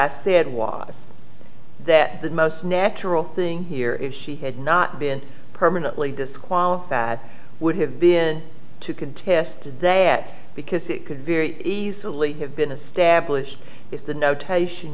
i said was that the most natural thing here if he had not been permanently disqualify that would have been to contest that because it could very easily have been established if the notation